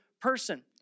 person